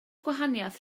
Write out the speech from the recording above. gwahaniaeth